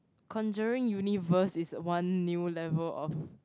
conjuring universe is a one new level of